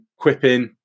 quipping